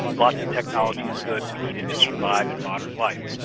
lots of technology is good, we need it to survive in modern life.